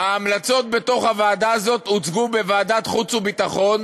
ההמלצות של הוועדה הזאת הוצגו בוועדת החוץ והביטחון